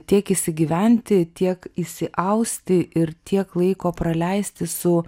tiek įsigyventi tiek įsiausti ir tiek laiko praleisti su